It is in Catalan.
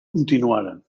continuaren